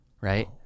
right